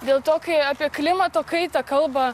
dėl to kai apie klimato kaitą kalba